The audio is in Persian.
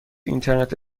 اینترنت